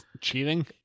Cheating